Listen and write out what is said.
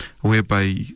whereby